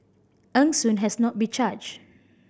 Eng Soon has not been charged